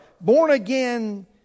born-again